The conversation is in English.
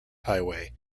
highway